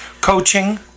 coaching